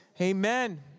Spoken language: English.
Amen